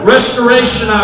Restoration